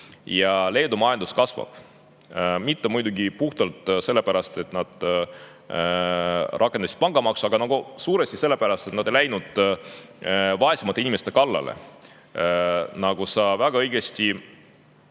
ja Leedu majandus kasvab. Mitte muidugi puhtalt sellepärast, et nad rakendasid pangamaksu, aga suuresti sellepärast, et nad ei läinud vaesemate inimeste kallale. Nagu sa väga õigesti